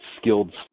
skilled